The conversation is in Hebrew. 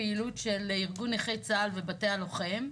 הפעילות של ארגון נכי צה"ל ובתי הלוחם.